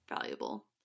valuable